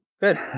Good